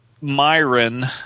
Myron